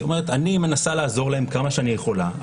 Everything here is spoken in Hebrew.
אני מנסה לעזור להם כמה שאני יכולה,